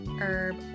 Herb